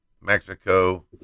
Mexico